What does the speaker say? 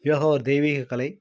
யோகா ஒரு தெய்வீகக் கலை